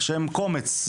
והם קומץ,